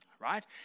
right